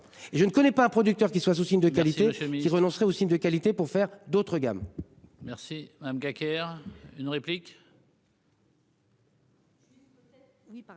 Je ne connais pas un producteur qui soit sous signe de qualité qu'il renoncerait aux signes de qualité pour faire d'autres gammes.